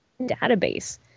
database